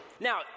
Now